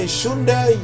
Shunde